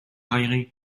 railleries